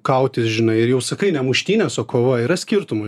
kautis žinai ir jau sakai ne muštynės o kova yra skirtumai